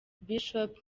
bishop